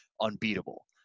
unbeatable